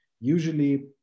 usually